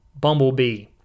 Bumblebee